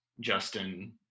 Justin